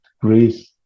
Greece